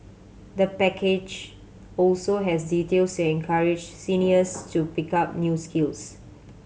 the package also has details encourage seniors to pick up new skills